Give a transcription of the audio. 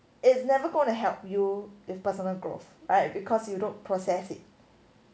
it's never gonna help you with personal growth right because you don't process it